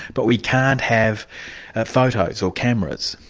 but we can't have photos, or cameras?